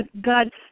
God